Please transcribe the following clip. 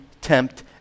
tempt